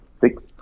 six